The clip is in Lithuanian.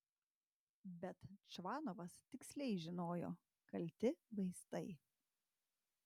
bet čvanovas tiksliai žinojo kalti vaistai